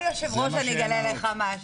אמרתי שאני רוצה לברך על זה,